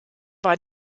war